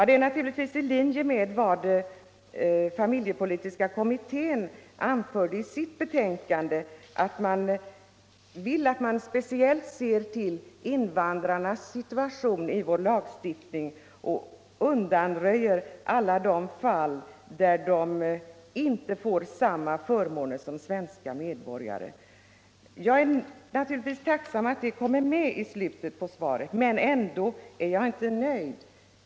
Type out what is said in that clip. Det är naturligtvis i linje med vad familjepolitiska kommittén anförde i sitt betänkande om angelägenheten av att man speciellt ser till invandrarnas situation i vår lagstiftning och undanröjer alla de fall där de inte får samma förmåner som svenska medborgare. Jag är naturligtvis tacksam att detta kom med i slutet av svaret, men ändå är jag inte nöjd.